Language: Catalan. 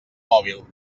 mòbil